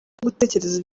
gutekereza